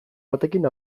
batekin